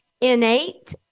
innate